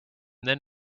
then